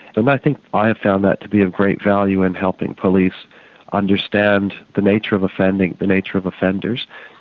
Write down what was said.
and i think i have found that to be of great value in helping police understand the nature of offending, the nature of offenders.